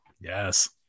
yes